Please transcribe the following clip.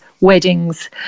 weddings